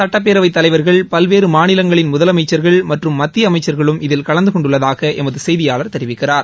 சுட்டப்பேரவைத் தலைவர்கள் பல்வேறு மாநிலங்களின் முதலமைச்சர்கள் மற்றும் மத்திய அமைச்சர்களும் இதில் கலந்து கொண்டுள்ளதாக எமது செய்தியாளர் தெரிவிக்கிறார்